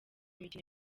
mikino